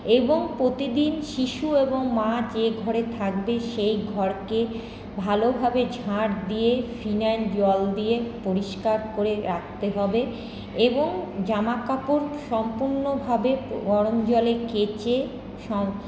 এবং প্রতিদিন শিশু এবং মা যে ঘরে থাকবে সেই ঘরকে ভালোভাবে ঝাঁট দিয়ে ফিনাইল জল দিয়ে পরিষ্কার করে রাখতে হবে এবং জামাকাপড় সম্পূর্ণভাবে গরম জলে কেচে